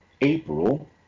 April